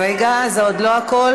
רגע, זה עוד לא הכול.